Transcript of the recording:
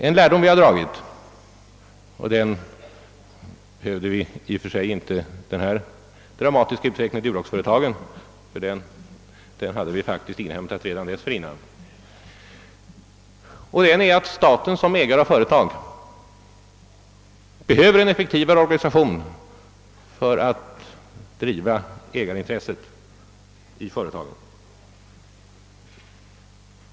En lärdom som vi har dragit — för denna behövdes i och för sig inte den dramatiska utvecklingen i Duroxbolaget, ty den hade vi fak tiskt inhämtat redan dessförinnan — är att staten som ägare av företag behöver en effektivare organisation för att driva ägarintresset i företagen.